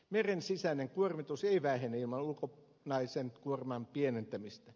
meren sisäinen kuormitus ei vähene ilman ulkonaisen kuorman pienentämistä